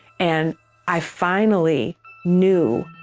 and i finally knew,